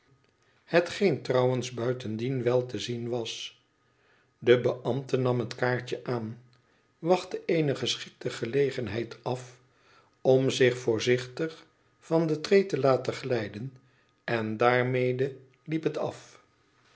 buitendien wel te zien was de beambte nam het kaartje aan t e eene geschikte gelegenheid af om zich voorzichtig van de tree tm n glijden en daarmede liep het af